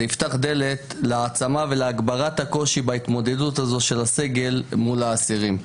זה יפתח דלת להעצמה ולהגברת הקושי בהתמודדות הזו של הסגל מול האסירים.